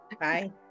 Bye